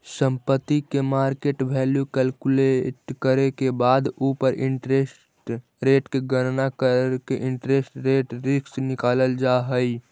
संपत्ति के market value calculate करे के बाद उ पर इंटरेस्ट रेट के गणना करके इंटरेस्ट रेट रिस्क निकालल जा हई